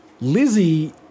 Lizzie